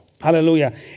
Hallelujah